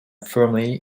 firmly